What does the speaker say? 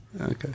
Okay